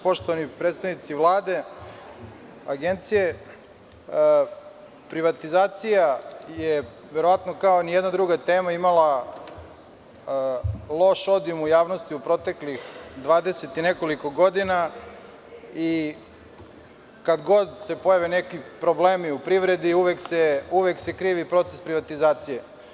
Poštovani predstavnici Vlade, Agencije, privatizacija je verovatno kao ni jedna druga tema imala loš odziv u javnosti u proteklih 20 i nekoliko godina i kad god se pojave neki problemi u privredi, uvek se krivi proces privatizacije.